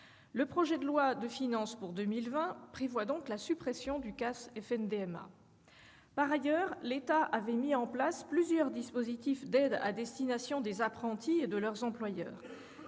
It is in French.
Le projet de loi de finances pour 2020 prévoit donc la suppression du CAS FNDMA. Par ailleurs, l'État avait mis en place plusieurs dispositifs d'aide à destination des apprentis et de leurs employeurs,